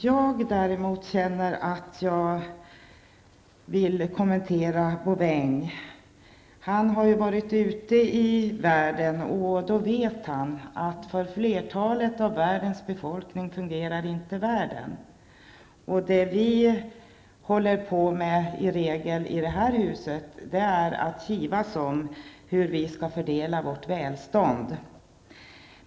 Jag känner däremot att jag vill kommentera John Bouvins inlägg. Han har ju varit ute i världen, och då vet han att världen inte fungerar för majoriteten av världens befolkning. Det vi håller på med i detta hus är i regel att kivas om hur vi skall fördela vårt välstånd.